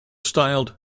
styled